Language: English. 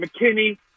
McKinney